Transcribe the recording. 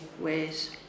ways